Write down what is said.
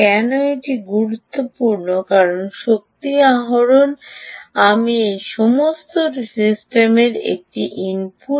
কেন এটি গুরুত্বপূর্ণ কারণ শক্তি আহরণ আমি এই সমস্ত সিস্টেমের একটি ইনপুট